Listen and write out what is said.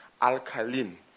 alkaline